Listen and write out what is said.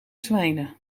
zwijnen